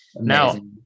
Now